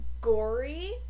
gory